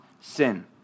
sin